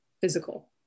physical